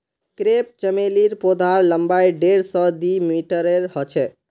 crepe चमेलीर पौधार लम्बाई डेढ़ स दी मीटरेर ह छेक